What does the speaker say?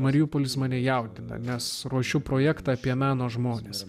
mariupolis mane jaudina nes ruošiu projektą apie meno žmones